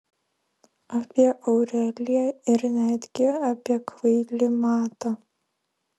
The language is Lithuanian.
apie aureliją ir netgi apie kvailį matą